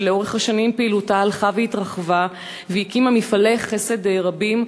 לאורך השנים פעילותה הלכה והתרחבה והיא הקימה מפעלי חסד רבים,